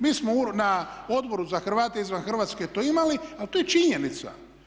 Mi smo na Odboru za Hrvate izvan Hrvatske to imali, ali to je činjenica.